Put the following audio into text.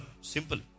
Simple